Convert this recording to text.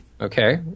Okay